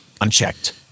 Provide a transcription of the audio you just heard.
Unchecked